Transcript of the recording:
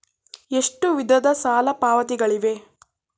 ಎಷ್ಟು ವಿಧದ ಸಾಲ ಪಾವತಿಗಳಿವೆ?